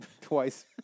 twice